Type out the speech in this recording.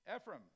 Ephraim